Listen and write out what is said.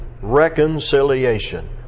reconciliation